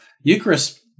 Eucharist